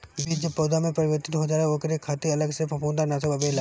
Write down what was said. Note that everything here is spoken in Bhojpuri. बीज जब पौधा में परिवर्तित हो जाला तब ओकरे खातिर अलग से फंफूदनाशक आवेला